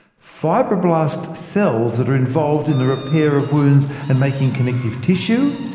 fibroblast cells that are involved in the repair of wounds and making connective tissue,